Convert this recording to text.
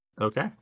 Okay